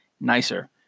nicer